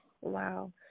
Wow